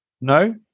no